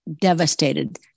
devastated